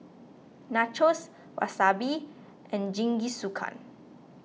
Nachos Wasabi and Jingisukan